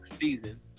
season